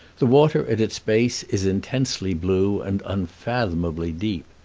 the water at its base is intensely blue and unfathomably deep.